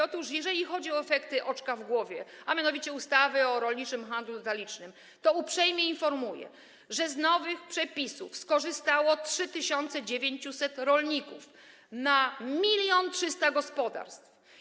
Otóż jeżeli chodzi o efekty pana oczka w głowie, a mianowicie ustawy o rolniczym handlu detalicznym, to uprzejmie informuję, że z nowych przepisów skorzystało 3900 rolników na 1300 tys. gospodarstw.